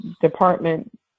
Department